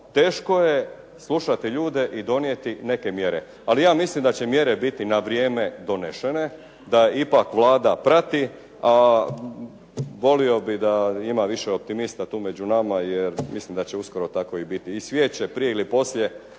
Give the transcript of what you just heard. teško je i slušati ljude i donijeti neke mjere. Ali ja mislim da će mjere biti na vrijeme donošene, da ipak Vlada prati, a volio bih da ima više optimista tu među nama, jer mislim da će uskoro tako i biti. I svijet će prije ili poslije